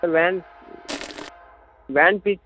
sir van van fees